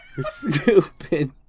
Stupid